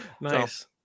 Nice